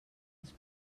els